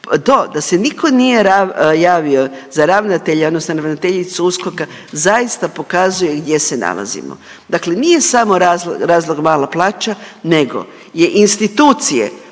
To da se nitko nije javio za ravnatelja odnosno ravnateljicu USKOK-a zaista pokazuje gdje se nalazimo. Dakle, nije samo razlog mala plaća nego je institucije